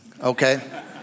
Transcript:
Okay